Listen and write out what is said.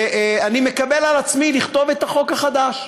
ואני מקבל על עצמי לכתוב את החוק החדש.